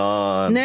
on